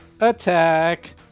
attack